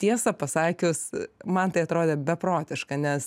tiesą pasakius man tai atrodė beprotiška nes